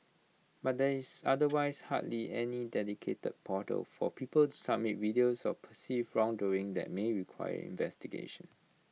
but there is otherwise hardly any dedicated portal for people to submit videos of perceived wrongdoing that may require investigation